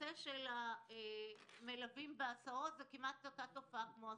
נושא המלווים בהסעות זה כמעט אותה תופעה כמו הסייעות.